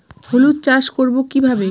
হলুদ চাষ করব কিভাবে?